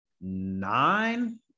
nine